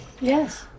Yes